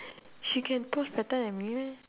she can post better than me meh